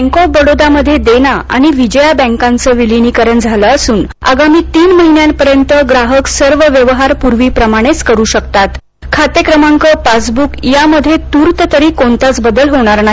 bank of बडोदामध्ये देना आणि विजया बॅकांचे विलिनीकरण झाले असून आगामी तीन महिन्यांपर्यंत ग्राहक सर्व व्यवहार पूर्वीप्रमाणेच करु शकतात खातेक्रमांक पासब्क यामध्ये तूर्त तरी कोणताच बदल होणार नाही